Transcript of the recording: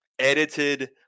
edited